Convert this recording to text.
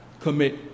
commit